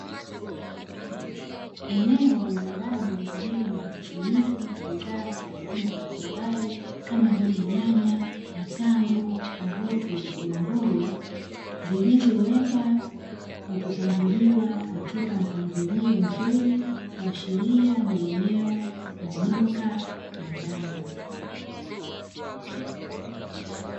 Eneo la ndani lililo la mkusanyiko wa bidhaa za aina mbalimbali, kama vile: nyanya, matango, karoti na mbogamboga, zilizowekwa kwa kupangiliwa katika mpangilio mzuri, kuashiria ni eneo la duka la ndani.